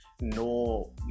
no